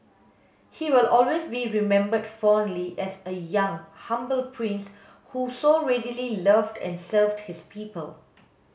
he will always be remembered fondly as a young humble prince who so readily loved and served his people